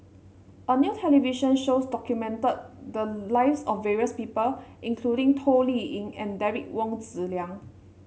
a new television shows documented the lives of various people including Toh Liying and Derek Wong Zi Liang